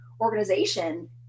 organization